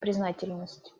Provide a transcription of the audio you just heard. признательность